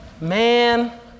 Man